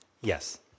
Yes